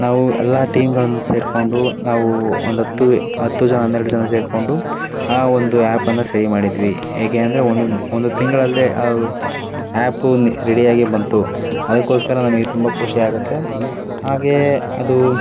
ನಾವು ಎಲ್ಲ ಟೀಮ್ಗಳನ್ನ ಸೇರಿಕೊಂಡು ನಾವು ಒಂದು ಹತ್ತು ಹತ್ತು ಜನ ಹನ್ನೆರಡು ಜನ ಸೇರಿಕೊಂಡು ಆ ಒಂದು ಆ್ಯಪನ್ನು ಸಹಿ ಮಾಡಿದ್ವಿ ಹೇಗೇಂದರೆ ಒಂದೊಂದು ಒಂದು ತಿಂಗಳಲ್ಲಿ ಆ ಆ್ಯಪ್ ರೆಡಿ ಆಗಿ ಬಂತು ಅದಕ್ಕೋಸ್ಕರ ನಮಗೆ ತುಂಬ ಖುಷಿ ಆಗುತ್ತೆ ಹಾಗೆಯೇ ಅದು